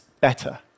better